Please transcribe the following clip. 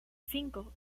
cinco